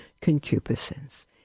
concupiscence